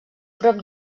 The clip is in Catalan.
prop